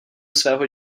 svého